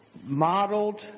modeled